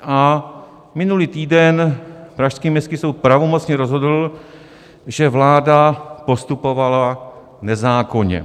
A minulý týden pražský Městský soud pravomocně rozhodl, že vláda postupovala nezákonně.